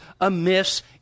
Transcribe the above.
amiss